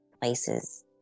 places